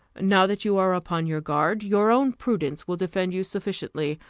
now that you are upon your guard, your own prudence will defend you sufficiently.